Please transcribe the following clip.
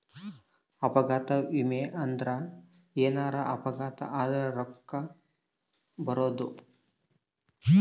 ಅಪಘಾತ ವಿಮೆ ಅಂದ್ರ ಎನಾರ ಅಪಘಾತ ಆದರ ರೂಕ್ಕ ಬರೋದು